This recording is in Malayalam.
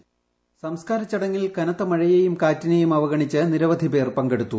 വോയിസ് സംസ്ക്കാര ചടങ്ങിൽ കനത്ത മഴയേയും കാറ്റിനേയും അവഗണിച്ച് നിരവധി പേർ പങ്കെടുത്തു